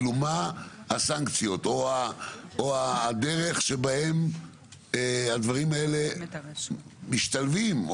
מה הסנקציות או הדרך שבה הדברים האלה משתלבים?